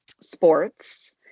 sports